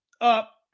up